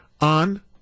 on